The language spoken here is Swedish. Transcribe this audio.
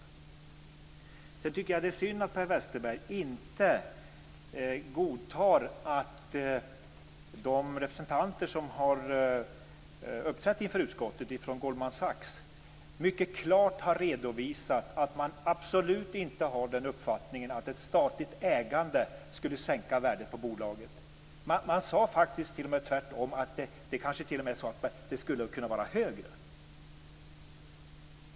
Sedan tycker jag att det är synd att Per Westerberg inte godtar den uppfattningen som de representanter från Goldman Sachs som har uppträtt inför utskottet mycket klart har redovisat, nämligen att ett statligt ägande absolut inte skulle sänka värdet på bolaget. De sade t.o.m. att det kanske var tvärtom, att det skulle kunna vara högre.